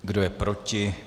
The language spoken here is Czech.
Kdo je proti?